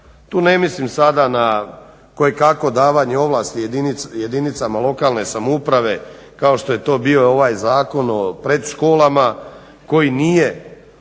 Tu ne mislim sada na kojekakvo davanje ovlasti jedinicama lokalne samouprave kao što je to bio ovaj zakon o predškolama koji nije